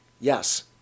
Yes